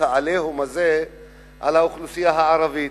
ה"עליהום" הזה על האוכלוסייה הערבית.